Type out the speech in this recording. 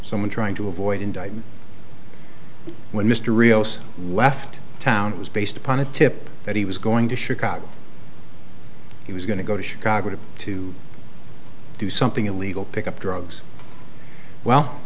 someone trying to avoid indictment when mr rios left town it was based upon a tip that he was going to chicago he was going to go to chicago to to do something illegal pick up drugs well